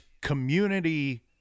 community